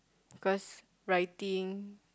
because writing